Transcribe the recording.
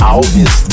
Alves